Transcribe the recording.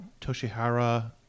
Toshihara